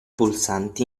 pulsanti